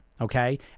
okay